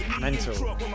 Mental